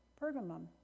Pergamum